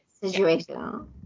situation